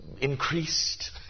increased